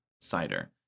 cider